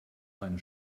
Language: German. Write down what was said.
seine